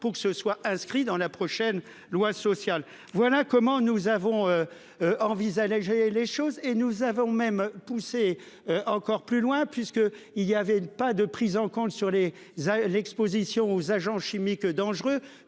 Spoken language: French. pour que ce soit inscrit dans la prochaine loi sociale, voilà comment nous avons. Envisagé les choses et nous avons même pousser. Encore plus loin puisque il y avait pas de prise en compte sur les l'exposition aux agents chimiques dangereux